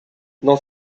dans